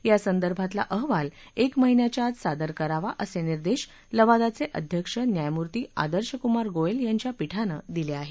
यासंदर्भातला अहवाल एक महिन्याच्या आत सादर करावा असे निर्देश लवादाचे अध्यक्ष न्यायमूर्ती आदर्शकुमार गोएल यांच्या पीठानं दिले आहेत